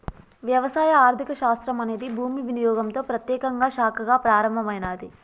వ్యవసాయ ఆర్థిక శాస్త్రం అనేది భూమి వినియోగంతో ప్రత్యేకంగా శాఖగా ప్రారంభమైనాది